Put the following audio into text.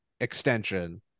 extension